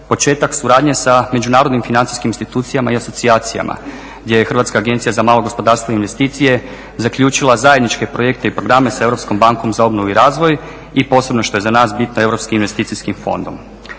početak suradnje sa Međunarodnim financijskim institucijama i asocijacijama gdje je Hrvatska agencija za malo gospodarstvo i investicije zaključila zajedničke projekte i pandane sa Europskom bankom za obnovu i razvoj i posebno što je za nas bitno Europskim investicijskim fondom.